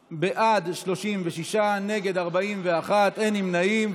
בעד, 36, נגד, 41, אין נמנעים.